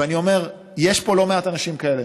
ואני אומר: יש פה לא מעט אנשים כאלה,